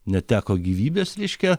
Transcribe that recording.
neteko gyvybės reiškia